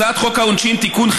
הצעת חוק העונשין (תיקון,